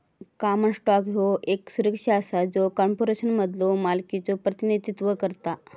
common stock ह्यो येक सुरक्षा असा जो कॉर्पोरेशनमधलो मालकीचो प्रतिनिधित्व करता